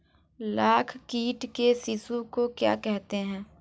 लाख कीट के शिशु को क्या कहते हैं?